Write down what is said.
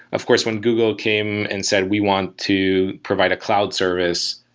of course, when google came and said, we want to provide a cloud service,